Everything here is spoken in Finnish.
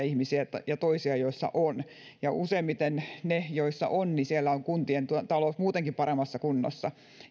ihmisiä ja toisia joissa on ja useimmiten niissä joissa on on kuntien talous muutenkin paremmassa kunnossa